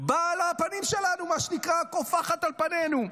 באה לפנים שלנו, מה שנקרא: טופחת על פנינו.